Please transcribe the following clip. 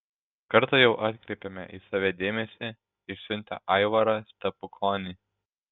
kartą jau atkreipėme į save dėmesį išsiuntę aivarą stepukonį